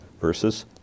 versus